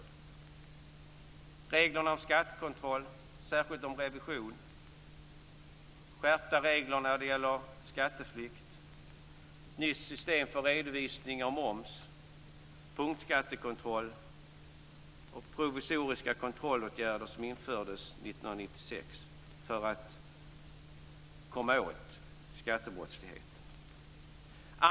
Det är t.ex. reglerna om skattekontroll och särskilt om revision, skärpta regler mot skatteflykt, nytt system för redovisning av moms, punktskattekontroll och provisoriska kontrollåtgärder som infördes 1996 för att komma åt skattebrottsligheten.